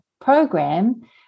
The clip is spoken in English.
program